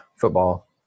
football